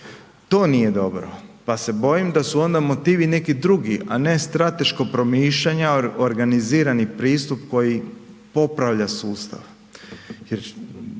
To nije dobro pa se bojim da su onda motivi neki drugi a ne strateško promišljanje, organizirani pristup koji popravlja sustav